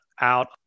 out